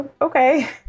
okay